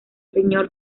señor